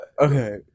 okay